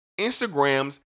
Instagrams